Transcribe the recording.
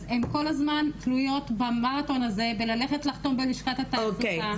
אז הן כל הזמן תלויות במרתון הזה בללכת לחתום בלשכת התעסוקה.